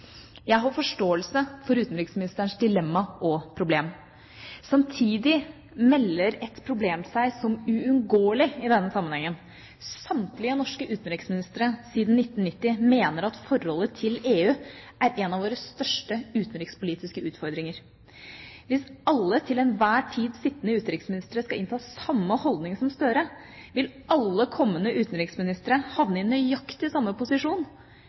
Jeg har forståelse for utenriksministerens dilemma og problem. Samtidig melder et problem seg som uunngåelig i denne sammenhengen. Samtlige norske utenriksministre siden 1990 mener at forholdet til EU er en av våre største utenrikspolitiske utfordringer. Hvis alle til enhver tid sittende utenriksministre skal innta samme holdning som Gahr Støre, vil alle kommende utenriksministre havne i nøyaktig samme posisjon,